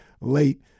late